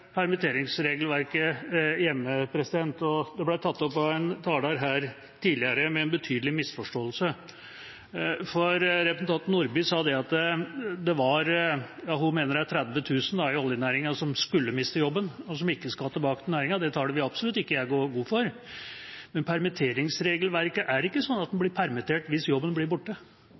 permitteringsregelverket hjemme. Det ble tatt opp av en taler tidligere, med en betydelig misforståelse, for representanten Nordby Lunde mente det var 30 000 i oljenæringen som skulle miste jobben, og som ikke skal tilbake til næringen. Det tallet vil absolutt ikke jeg gå god for, men permitteringsregelverket er ikke slik at